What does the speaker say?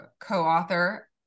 co-author